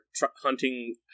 hunting